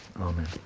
Amen